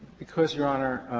because your honor